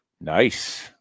Nice